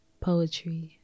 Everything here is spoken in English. poetry